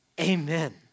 amen